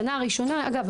אגב,